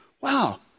wow